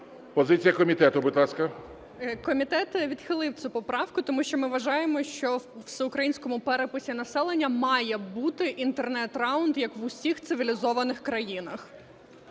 Позиція комітету, будь ласка. 15:09:48 ПІДЛАСА Р.А. Комітет відхилив цю поправку, тому що ми вважаємо, що у Всеукраїнському переписі населення має бути інтернет-раунд, як в усіх цивілізованих країнах.